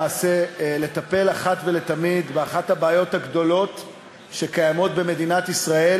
וזה מעוגן בפסיקה,